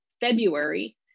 February